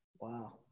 Wow